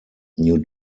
new